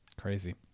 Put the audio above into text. Crazy